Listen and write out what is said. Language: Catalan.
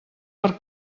per